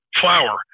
flour